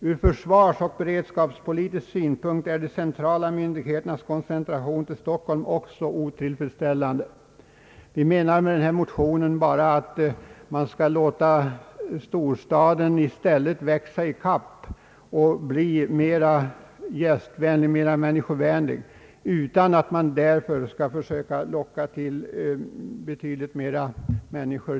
Ur försvarsoch beredskapspolitisk synpunkt är de centrala myndigheternas koncentration till Stockholm också otillfredsställande.» Med denna motion menar vi bara att man skall låta storstaden växa ikapp och bli mera gästvänlig och människovänlig utan att man därför skall locka dit för många människor.